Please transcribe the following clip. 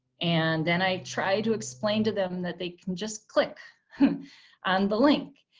and then i try to explain to them that they can just click on the link.